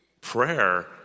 prayer